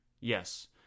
Yes